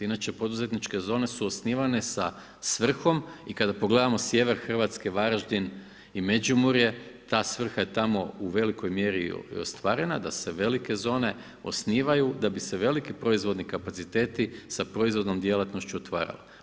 Inače poduzetničke zone su osnivane sa svrhom i kada pogledamo sjever Hrvatske, Varaždin i Međimurje ta svrha je tamo u velikoj mjeri i ostvarena da se velike zone osnivaju, da bi se velik proizvodni kapaciteti sa proizvodnom djelatnošću otvarale.